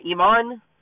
Iman